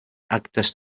actes